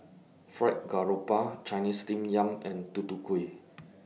Fried Garoupa Chinese Steamed Yam and Tutu Kueh